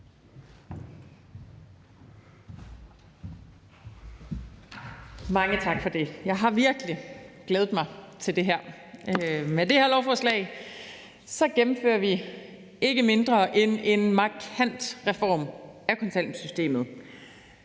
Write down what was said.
Mange tak for det. Jeg har virkelig glædet mig til det her. Med det her lovforslag gennemfører vi ikke mindre end en markant reform af kontanthjælpssystemet.